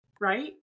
right